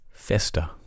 fester